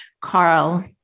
Carl